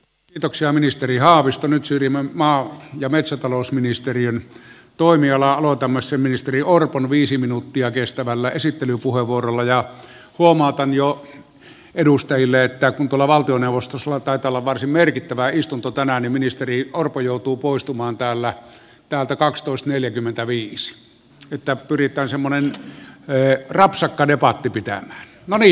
kiitoksia ministeri haaviston syvimmän maan ja metsätalousministeriön toimialaa luotamme sen ministeri orpon viisi minuuttia kestävällä esittelypuheenvuorolla ja huomata jo edustajille että tule valtionavustus lopetella varsin merkittävä istunto tänään ministeri orpo joutuu poistumaan täällä täältä kaksitoista neljäkymmentäviisi että pyrittäessä monelle ei rapsakka ripatti pitää moni